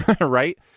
right